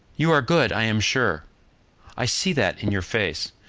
you are good, i am sure i see that in your face.